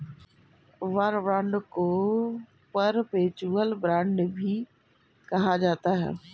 war bond को perpetual bond भी कहा जाता है